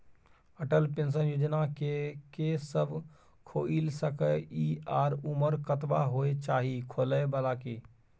Atal pension Yojana के के सब खोइल सके इ आ उमर कतबा होय चाही खोलै बला के?